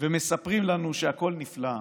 ומספרים לנו שהכול נפלא,